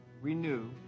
renew